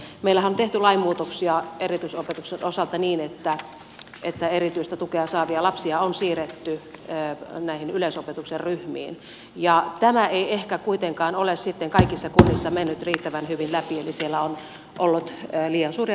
meillähän on tehty lainmuutoksia erityisopetuksen osalta niin että erityistä tukea saavia lapsia on siirretty näihin yleisopetuksen ryhmiin ja tämä ei ehkä kuitenkaan ole sitten kaikissa kunnissa mennyt riittävän hyvin läpi eli siellä on ollut liian suuria ryhmäkokoja muun muassa